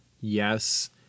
yes